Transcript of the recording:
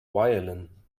violin